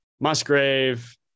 Musgrave